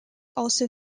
also